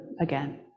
again